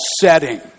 setting